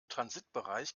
transitbereich